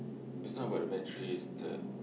it's not about the battery it's the